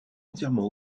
entièrement